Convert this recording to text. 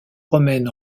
romaine